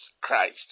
Christ